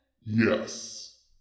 Yes